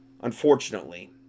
unfortunately